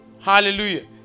Hallelujah